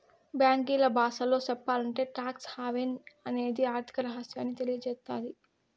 బ్యాంకీల బాసలో సెప్పాలంటే టాక్స్ హావెన్ అనేది ఆర్థిక రహస్యాన్ని తెలియసేత్తది